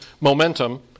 momentum